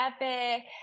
epic